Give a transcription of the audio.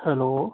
hello